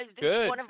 Good